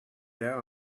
there